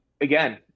again